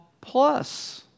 plus